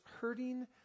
hurting